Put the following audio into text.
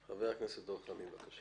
חבר הכנסת דב חנין, בבקשה.